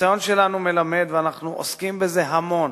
הניסיון שלנו מלמד, ואנחנו עוסקים בזה המון,